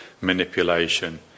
manipulation